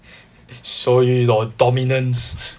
show you your dominance